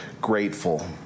grateful